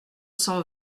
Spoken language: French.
cent